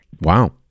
Wow